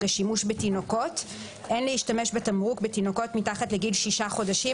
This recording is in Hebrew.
לשימוש בתינוקות: "אין להשתמש בתמרוק בתינוקות מתחת לגיל 6 חודשים,